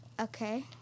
Okay